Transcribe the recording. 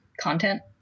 content